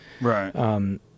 Right